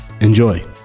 Enjoy